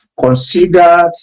Considered